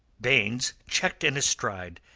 baynes checked in his stride,